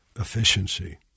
efficiency